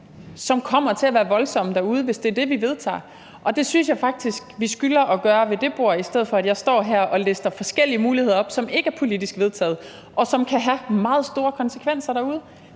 som kommer til at være voldsomme derude, hvis det er det, vi vedtager. Og det synes jeg faktisk vi skylder at gøre ved det bord, i stedet for at jeg står her og lister forskellige muligheder op, som ikke er politisk vedtaget, og som kan have meget store konsekvenser derude.